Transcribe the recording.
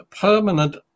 permanent